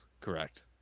Correct